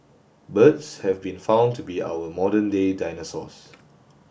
birds have been found to be our modern day dinosaurs